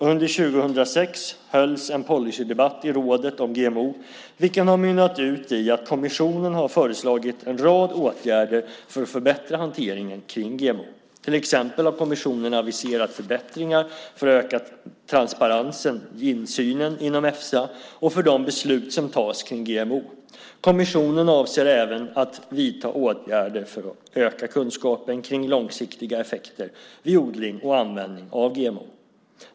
Under 2006 hölls en policydebatt i rådet om GMO, vilken har mynnat ut i att kommissionen har föreslagit en rad åtgärder för att förbättra hanteringen kring GMO. Till exempel har kommissionen aviserat förbättringar för att öka transparensen, insynen, inom Efsa och för de beslut som tas kring GMO. Kommissionen avser även att vidta åtgärder för att öka kunskapen kring långsiktiga effekter vid odling och användning av GMO.